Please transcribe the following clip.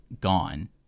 gone